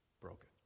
broken